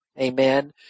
Amen